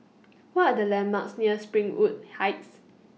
What Are The landmarks near Springwood Heights